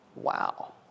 wow